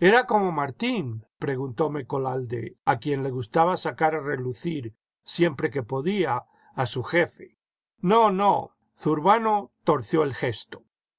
era como martín preguntó mecolalde a quien le gustaba sacar n relucir siempre que podía a su jefe no no zurbano torció el gesto